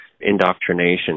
indoctrination